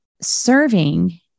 serving